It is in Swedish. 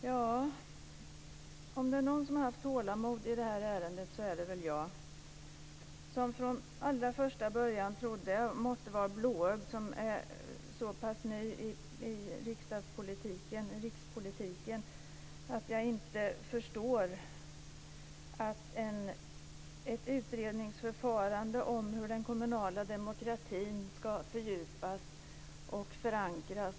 Fru talman! Om det är någon som har haft tålamod i det här ärendet är det väl jag. Jag måtte vara blåögd som är så pass ny i rikspolitiken. Det har bedrivits ett utredningsarbete om hur den kommunala demokratin ska fördjupas och förankras.